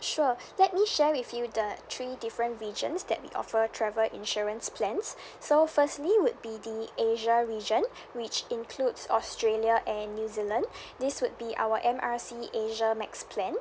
sure let me share with you the three different regions that we offer travel insurance plans so firstly would be the asia region which includes australia and new zealand this would be our M R C asia max plan